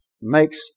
makes